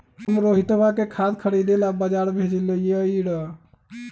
हम रोहितवा के खाद खरीदे ला बजार भेजलीअई र